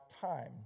time